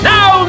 Now